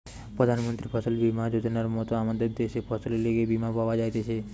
প্রধান মন্ত্রী ফসল বীমা যোজনার মত আমদের দ্যাশে ফসলের লিগে বীমা পাওয়া যাইতেছে